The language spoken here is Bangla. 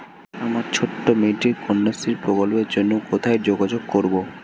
আমার ছোট্ট মেয়েটির কন্যাশ্রী প্রকল্পের জন্য কোথায় যোগাযোগ করব?